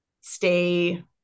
stay